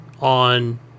on